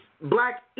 black